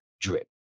Drip